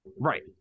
right